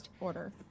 order